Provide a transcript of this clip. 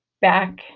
back